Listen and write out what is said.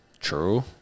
True